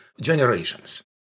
generations